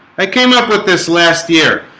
i came up with this last year,